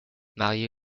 mary